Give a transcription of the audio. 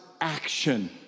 action